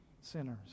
Sinners